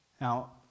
Now